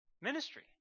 ministry